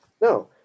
No